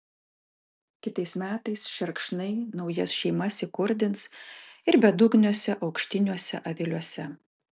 kitais metais šerkšnai naujas šeimas įkurdins ir bedugniuose aukštiniuose aviliuose